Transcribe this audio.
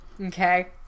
okay